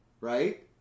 right